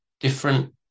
different